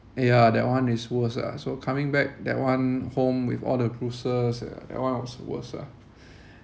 ya that one is worse ah so coming back that one home with all the bruises ya that one was worse ah